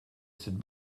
cette